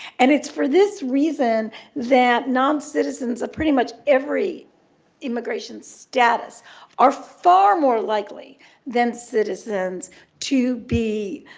and it's for this reason that non-citizens of pretty much every immigration status are far more likely than citizens to be